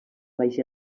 baix